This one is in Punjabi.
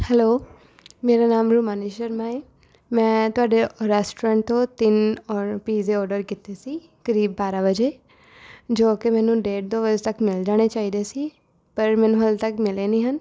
ਹੈਲੋ ਮੇਰਾ ਨਾਮ ਰੂਮਾਨੀ ਸ਼ਰਮਾ ਹੈ ਮੈਂ ਤੁਹਾਡੇ ਰੈਸਟੋਰੈਂਟ ਤੋਂ ਤਿੰਨ ਓਰ ਪੀਜ਼ੇ ਓਡਰ ਕੀਤੇ ਸੀ ਕਰੀਬ ਬਾਰਾਂ ਵਜੇ ਜੋ ਕਿ ਮੈਨੂੰ ਡੇਢ ਦੋ ਵਜੇ ਤੱਕ ਮਿਲ ਜਾਣੇ ਚਾਹੀਦੇ ਸੀ ਪਰ ਮੈਨੂੰ ਹਾਲੇ ਤੱਕ ਮਿਲੇ ਨਹੀਂ ਹਨ